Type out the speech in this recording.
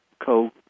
-co